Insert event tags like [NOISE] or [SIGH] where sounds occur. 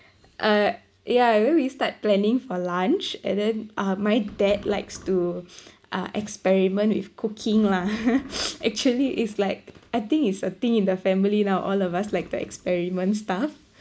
uh yeah then we start planning for lunch and then uh my dad likes to uh experiment with cooking lah [LAUGHS] actually it's like I think it's a thing in the family now all of us like the experiment stuff